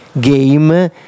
game